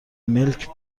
ملک